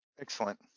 excellent